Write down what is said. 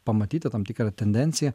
pamatyti tam tikrą tendenciją